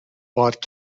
bought